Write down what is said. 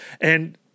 And-